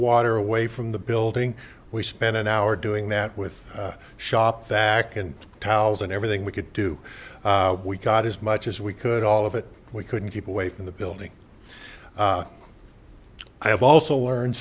water away from the building we spent an hour doing that with shop vac and towels and everything we could do we got as much as we could all of it we couldn't keep away from the building i have also learned